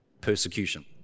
persecution